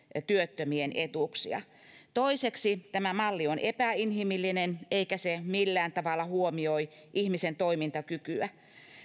työttömien etuuksia toiseksi tämä malli on epäinhimillinen eikä se millään tavalla huomioi ihmisen toimintakykyä